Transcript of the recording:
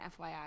FYI